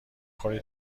خوری